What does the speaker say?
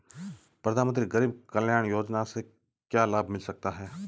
प्रधानमंत्री गरीब कल्याण योजना से क्या लाभ मिल सकता है?